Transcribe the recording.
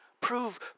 Prove